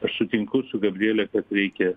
aš sutinku su gabriele kad reikia